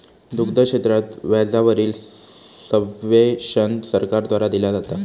दुग्ध क्षेत्रात व्याजा वरील सब्वेंशन सरकार द्वारा दिला जाता